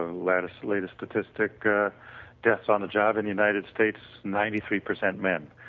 ah latest latest statistic deaths on the job in the united states, ninety three percent men.